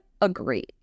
agree